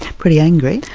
pretty angry,